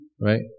Right